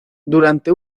durante